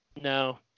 No